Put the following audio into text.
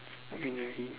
greenery